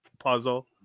puzzle